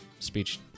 speech